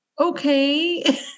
Okay